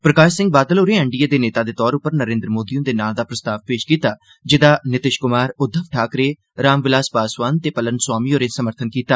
प्रकाश सिंह बादल होरें एनडीए दे नेता दे तौर उप्पर नरेन्द्र मोदी हुंदे नां दा प्रस्ताव पेश कीता जेह्दा नीतिश कुमार उद्घव ठाकरे राम विलास पासवान ते पलन स्वामी होरें समर्थन कीता